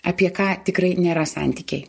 apie ką tikrai nėra santykiai